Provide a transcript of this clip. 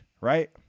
Right